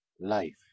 life